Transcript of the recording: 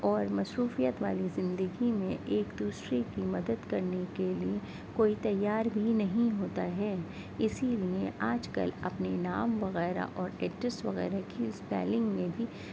اور مصروفیت والی زندگی میں ایک دوسرے کی مدد کرنے کے لیے کوئی تیار بھی نہیں ہوتا ہے اسی لیے آج کل اپنے نام وغیرہ اور ایڈریس وغیرہ کی اسپیلنگ میں بھی